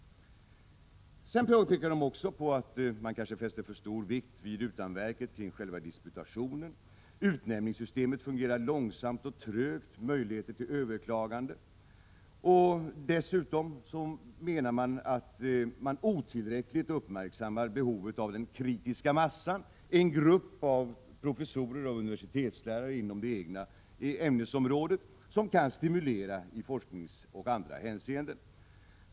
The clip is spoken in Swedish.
Sedan påpekar utvärderarna också att vi i vårt land kanske fäster för stor vikt vid utanverket, vid själva disputationen. Utnämningssystemet fungerar långsamt och trögt på grund av möjligheterna till överklagande. Dessutom, menar utvärderarna, uppmärksammar vi otillräckligt behovet av den kritiska massan — en grupp professorer och övriga lärare inom det egna ämnesområdet som kan stimulera i forskningsoch andra hänseenden.